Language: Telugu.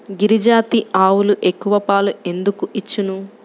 గిరిజాతి ఆవులు ఎక్కువ పాలు ఎందుకు ఇచ్చును?